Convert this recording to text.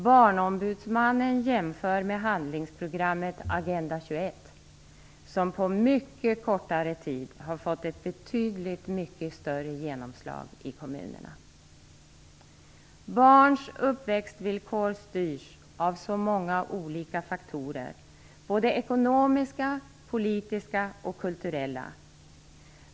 Barnombudsmannen jämför med handlingsprogrammet Agenda 21, som på mycket kortare tid har fått ett betydligt mycket större genomslag i kommunerna. Barns uppväxtvillkor styrs av så många olika faktorer - både ekonomiska, politiska och kulturella.